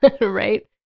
Right